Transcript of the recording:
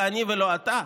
הוא אני ולא אתה?